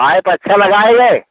pipe अच्छा लगाएँगे